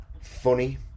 funny